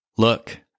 Look